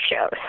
shows